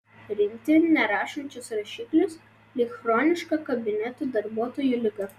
rinkti nerašančius rašiklius lyg chroniška kabinetų darbuotojų liga